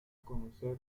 conocer